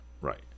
Right